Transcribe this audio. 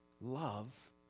love